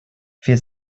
wir